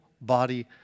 body